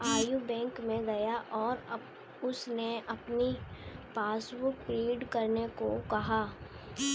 Ayush bank में गया और उससे अपनी पासबुक प्रिंट करने को कहा